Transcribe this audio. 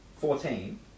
Fourteen